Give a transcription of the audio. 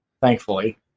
thankfully